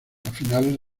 finales